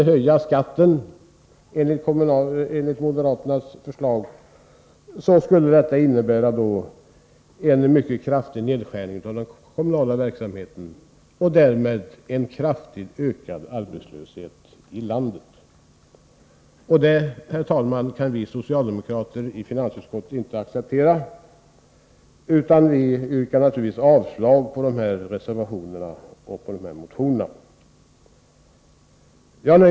Om kommunerna då enligt moderaternas förslag inte får höja skatten, innebär detta en mycket kraftig nedskärning av den kommunala verksamheten och därmed en väsentligt ökad arbetslöshet i landet. Detta kan vi socialdemokrater i finansutskottet inte acceptera. Vi yrkar naturligtvis avslag på dessa reservationer och motioner. Herr talman!